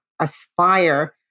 aspire